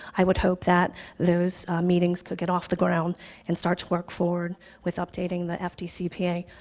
i would hope that those meetings could get off the ground and start to work forward with updating the fdcpa.